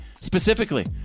specifically